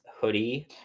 hoodie